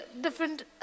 different